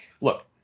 Look